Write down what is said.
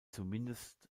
zumindest